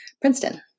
Princeton